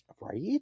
right